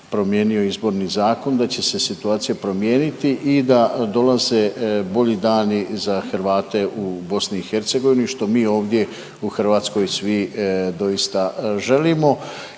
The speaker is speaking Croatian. promijenio Izborni zakon da će se situacija promijeniti i da dolaze bolji dani za Hrvate u BiH, što mi ovdje u Hrvatskoj svi doista želimo